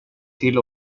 till